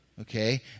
okay